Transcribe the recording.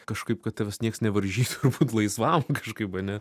kažkaip kad tavęs niekas nevaržytų būt laisvam kažkaip ane